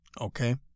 Okay